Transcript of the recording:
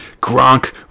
gronk